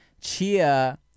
Chia